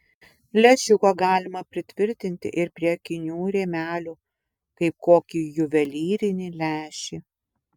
lęšiuką galima pritvirtinti ir prie akinių rėmelių kaip kokį juvelyrinį lęšį